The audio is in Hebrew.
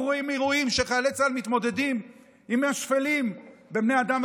אנחנו רואים אירועים שבהם חיילי צה"ל מתמודדים עם השפלים בבני האדם,